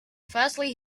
firstly